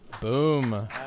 Boom